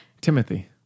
Timothy